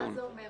מה זה אומר?